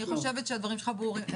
אני חושבת שהדברים שלך ברורים.